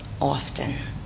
often